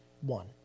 One